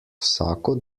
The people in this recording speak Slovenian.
vsako